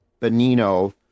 Benino